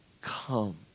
come